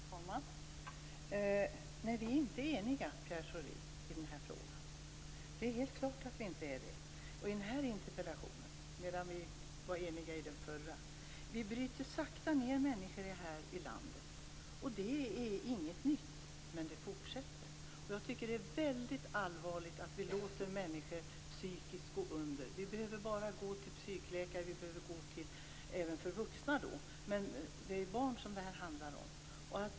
Fru talman! Nej, vi är inte eniga i den här frågan, Pierre Schori. Det är helt klart att vi inte är eniga i fråga om den här interpellationen, medan vi var eniga i fråga om den förra. Vi bryter sakta ned människor i det här landet. Det är ingenting nytt, och det fortsätter. Det är mycket allvarligt att vi låter människor gå under psykiskt. Vi behöver bara gå till psykläkare, även för vuxna, för att få veta det, men nu handlar det om barn.